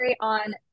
on